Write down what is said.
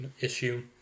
issue